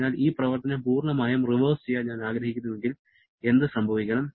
അതിനാൽ ഈ പ്രവർത്തനം പൂർണ്ണമായും റിവേഴ്സ് ചെയ്യാൻ ഞാൻ ആഗ്രഹിക്കുന്നുവെങ്കിൽ എന്ത് സംഭവിക്കണം